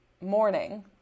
morning